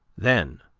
then,